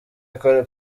ecole